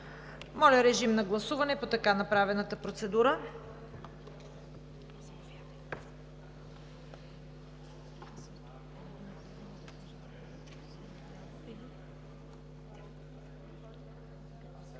Моля, режим на гласуване по така направената процедура.